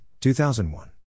2001